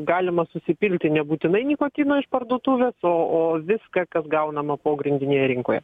galima susipilti nebūtinai nikotino iš parduotuvės o o viską kas gaunama pogrindinėje rinkoje